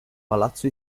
palazzo